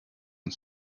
and